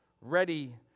ready